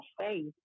faith